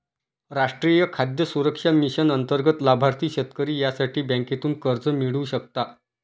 राष्ट्रीय खाद्य सुरक्षा मिशन अंतर्गत लाभार्थी शेतकरी यासाठी बँकेतून कर्ज मिळवू शकता